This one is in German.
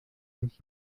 nicht